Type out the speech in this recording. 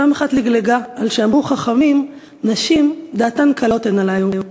שפעם אחת לגלגה על שאמרו חכמים "נשים דעתן קלות הן עלייהו",